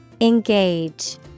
Engage